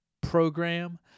program